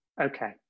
Okay